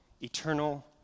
eternal